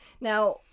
Now